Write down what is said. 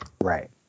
Right